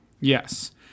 Yes